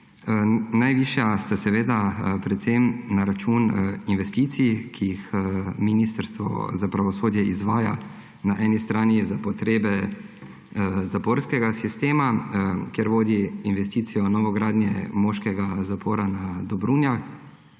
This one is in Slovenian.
Najvišja sta seveda predvsem na račun investicij, ki jih ministrstvo za pravosodje izvaja na eni strani za potrebe zaporskega sistema, kjer vodi investicijo novogradnje moškega zapora na Dobrunjah